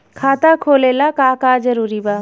खाता खोले ला का का जरूरी बा?